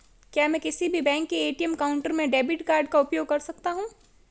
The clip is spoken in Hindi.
क्या मैं किसी भी बैंक के ए.टी.एम काउंटर में डेबिट कार्ड का उपयोग कर सकता हूं?